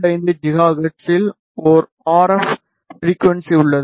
25 gigahertz இல் ஒரு R F frequency உள்ளது